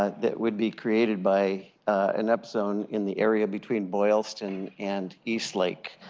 that would be created by an up zone in the area between boylston, and east lake,